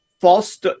false